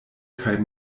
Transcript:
kaj